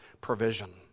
provision